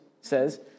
says